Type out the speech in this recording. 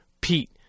PETE